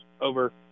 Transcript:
over